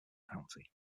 county